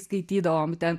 skaitydavom ten